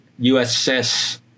USS